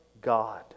God